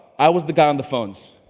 i was the guy on the phones.